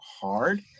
hard